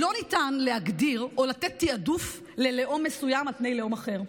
לא ניתן להגדיר או לתת תיעדוף ללאום מסוים על פני לאום אחר.